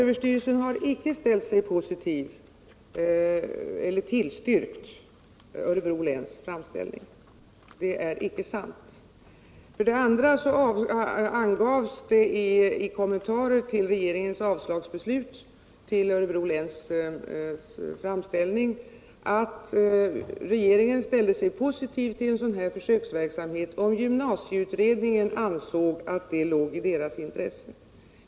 Herr talman! För det första har skolöverstyrelsen icke tillstyrkt Örebro läns framställning. För det andra angavs det i kommentarer till regeringens avslagsbeslut med anledning av Örebro läns framställning att regeringen ställde sig positiv till en sådan här försöksverksamhet, om gymnasieutredningen ansåg att det låg i dess intresse.